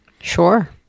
sure